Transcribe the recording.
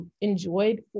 enjoyed